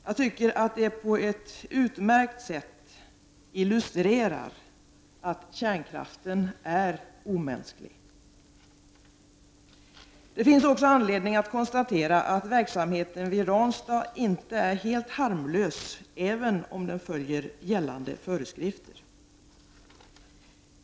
Jag tycker att detta på ett utmärkt sätt illustrerar att kärnkraften är omänsklig. Det finns anledning att konstatera att verksamheten vid Ranstad inte är helt harmlös även om den följer gällande föreskrifter.